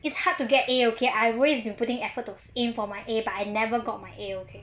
it's hard to get a okay I way in putting effort to aimed for my a but I never got my a okay